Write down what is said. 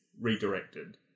redirected